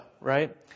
right